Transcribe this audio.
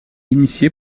initié